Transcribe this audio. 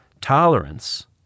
Tolerance